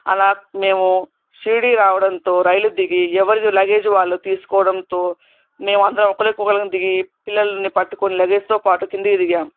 అలా మేము షిరిడి రావడంతో రైలు దిగి ఎవరిది లగేజ్ వాళ్ళు తీసుకోవడంతో మేము అందరం ఒకరికి ఒకరం దిగి పిల్లలని పట్టుకొని లగేజ్తో పాటు కిందకి దిగాం